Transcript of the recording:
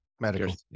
Medical